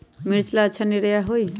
मिर्च ला अच्छा निरैया होई?